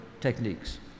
techniques